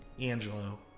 Angelo